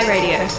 Radio